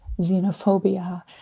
xenophobia